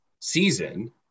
season